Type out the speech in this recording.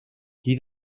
qui